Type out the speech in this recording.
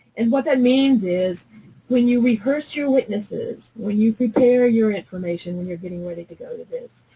and what that means is when you rehearse your witnesses, when you prepare your information when you're getting ready to go to this,